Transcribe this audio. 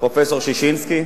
פרופסור ששינסקי,